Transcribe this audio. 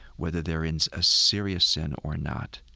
whether they're in a serious sin or not.